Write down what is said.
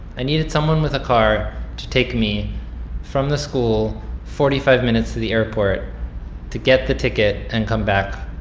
i needed someone with a car to take me from the school forty five minutes to the airport to get the ticket and come back,